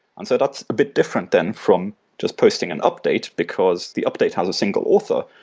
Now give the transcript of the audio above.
and so that's a bit different then from just posting an update, because the update has a single author.